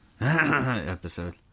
episode